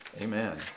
Amen